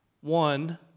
One